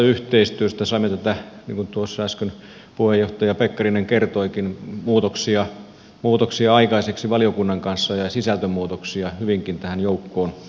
saimme niin kuin tuossa äsken puheenjohtaja pekkarinen kertoikin muutoksia aikaiseksi valiokunnan kanssa ja sisältömuutoksia hyvinkin tähän joukkoon mahtumaan